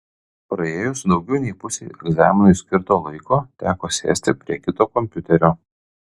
praėjus daugiau nei pusei egzaminui skirto laiko teko sėsti prie kito kompiuterio